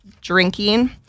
drinking